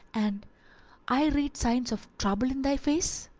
and i read signs of trouble in thy face?